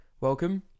welcome